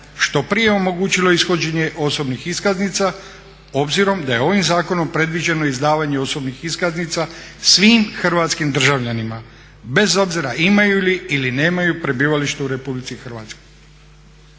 što prije omogućilo ishođenje osobnih iskaznica obzirom da je ovim zakonom predviđeno izdavanje osobnih iskaznica svim hrvatskim državljanima, bez obzira imaju li ili nemaju prebivalište u RH. Prijedlog